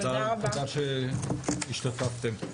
תודה שהשתתפתם.